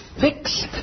fixed